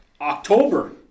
October